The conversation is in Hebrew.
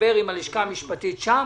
תדבר עם הלשכה המשפטית שם,